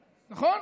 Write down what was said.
נכון?